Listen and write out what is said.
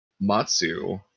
Matsu